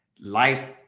life